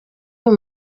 uyu